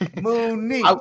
Mooney